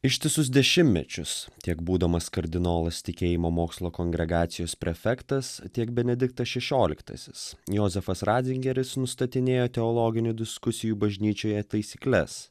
ištisus dešimtmečius tiek būdamas kardinolas tikėjimo mokslo kongregacijos prefektas tiek benediktas šešioliktasis jozefas ratzingeris nustatinėjo teologinių diskusijų bažnyčioje taisykles